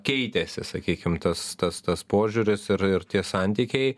keitėsi sakykim tas tas tas požiūris ir ir tie santykiai